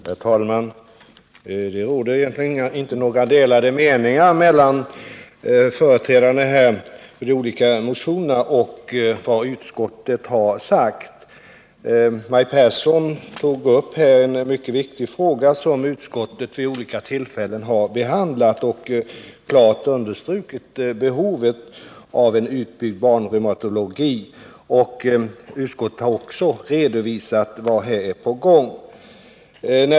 Herr talman! Det råder egentligen inte några delade meningar mellan företrädarna för de olika motionerna och utskottet. Maj Pehrsson tog upp en mycket viktig fråga. Utskottet har behandlat den vid olika tillfällen och klart understrukit behovet av en utbyggd barnreumatologi. Utskottet har också redovisat vad som är på gång.